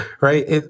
right